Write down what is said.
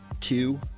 two